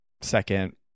second